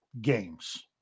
games